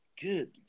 good